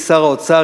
שר האוצר,